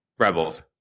Rebels